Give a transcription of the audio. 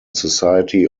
society